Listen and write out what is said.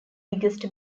biggest